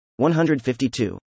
152